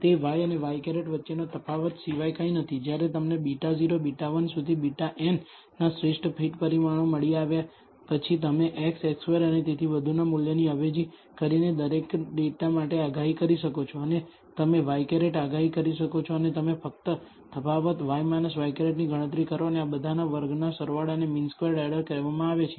તે y અને ŷ વચ્ચેનો તફાવત સિવાય કંઈ નથી જ્યારે તમને β0 β1 સુધી βn ના શ્રેષ્ઠ ફિટ પરિમાણો મળી આવ્યા પછી તમે x x2 અને તેથી વધુના મૂલ્યની અવેજી કરીને દરેક ડેટા માટે આગાહી કરી શકો છો અને તમે ŷ આગાહી કરી શકો છો અને તમે તફાવત y ŷ ની ગણતરી કરો અને આ બધાના વર્ગના સરવાળાને મીન સ્ક્વેર્ડ એરર કહેવામાં આવે છે